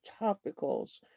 topicals